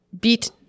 beat